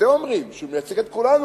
שאתם אומרים שהוא מייצג את כולנו,